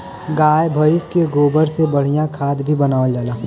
गाय भइस के गोबर से बढ़िया खाद भी बनावल जाला